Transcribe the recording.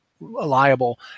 liable